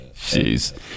Jeez